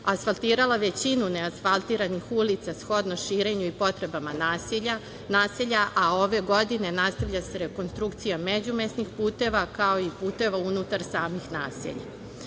asfaltirala većinu neasfaltiranih ulica shodno širenju i potrebama naselja, a ove godine nastavlja se rekonstrukcija međumesnih puteva, kao i puteva unutar samih